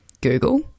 Google